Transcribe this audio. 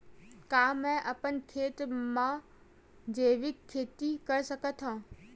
का मैं अपन खेत म जैविक खेती कर सकत हंव?